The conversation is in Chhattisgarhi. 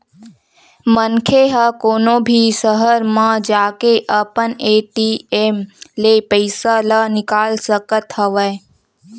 मनखे ह कोनो भी सहर म जाके अपन ए.टी.एम ले पइसा ल निकाल सकत हवय